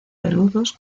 peludos